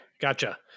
Gotcha